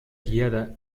guiada